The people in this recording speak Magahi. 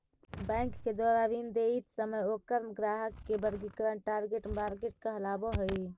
बैंक के द्वारा ऋण देइत समय ओकर ग्राहक के वर्गीकरण टारगेट मार्केट कहलावऽ हइ